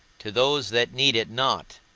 to those that need it not,